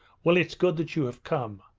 well, it's good that you have come.